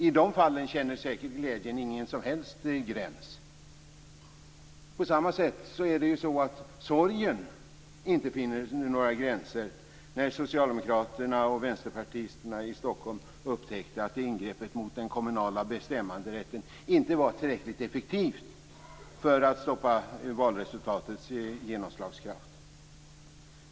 I de fallen känner säkert glädjen inga som helst gränser. På samma sätt finner inte sorgen några gränser sedan socialdemokraterna och vänsterpartisterna i Stockholm upptäckt att ingreppet i den kommunala bestämmanderätten inte var tillräckligt effektivt för att stoppa valresultatets genomslagskraft.